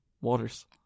waters